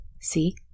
See